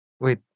Wait